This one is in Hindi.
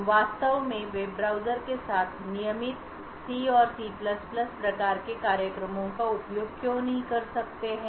हम वास्तव में वेब ब्राउज़र के साथ नियमित C और C प्रकार के कार्यक्रमों का उपयोग क्यों नहीं कर सकते हैं